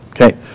Okay